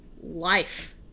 life